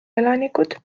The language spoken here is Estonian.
elanikud